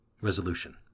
Resolution